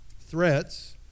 threats